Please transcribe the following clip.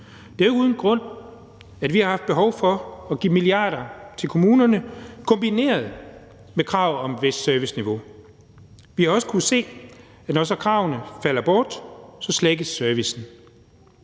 Det er ikke uden grund, at vi har haft behov for at give milliarder til kommunerne kombineret med krav om et vist serviceniveau. Vi har også kunnet se, at når så kravene falder bort, slækkes der